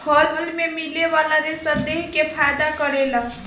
फल मे मिले वाला रेसा देह के फायदा करेला